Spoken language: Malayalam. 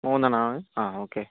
മൂന്നെണ്ണമാണ് ആ ഒക്കെ